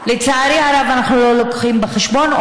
אנחנו לא מביאים בחשבון,